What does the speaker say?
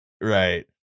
Right